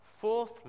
fourth